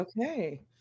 okay